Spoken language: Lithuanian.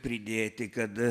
pridėti kad